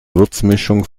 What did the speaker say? würzmischung